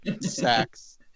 sex